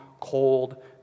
cold